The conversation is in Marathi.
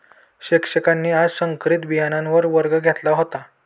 शिक्षकांनी आज संकरित बियाणांवर वर्ग घेतला होता